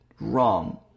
wrong